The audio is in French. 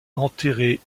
enterré